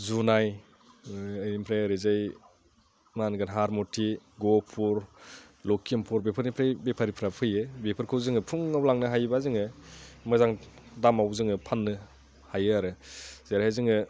जुनाय ओमफ्राय ओरैजाय मा होनगोन हारमुथि गहफुर लक्षिमफुर बेफोरनिफ्राय बेफारिफ्रा फैयो बेफोरखौ जोङो फुङाव लांनो हायोबा जोङो मोजां दामाव जोङो फाननो हायो आरो जेरै जोङो